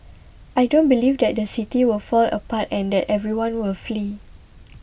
I don't believe that the City will fall apart and that everyone will flee